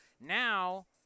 Now